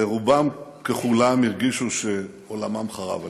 ורובם ככולם הרגישו שעולמם חרב עליהם: